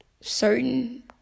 certain